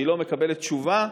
והיא לא מקבלת תשובה,